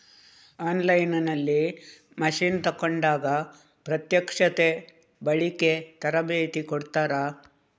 On line ನಲ್ಲಿ machine ತೆಕೋಂಡಾಗ ಪ್ರತ್ಯಕ್ಷತೆ, ಬಳಿಕೆ, ತರಬೇತಿ ಕೊಡ್ತಾರ?